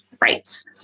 rights